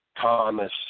Thomas